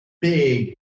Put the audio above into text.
big